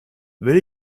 will